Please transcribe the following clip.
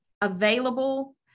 available